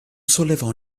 sollevò